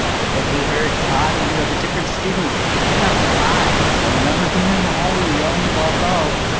but then we heard bobby you know, the different students coming by i remember being in the hallways yelling, walk out,